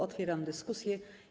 Otwieram dyskusję.